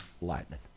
lightning